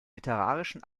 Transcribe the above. literarischen